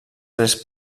tres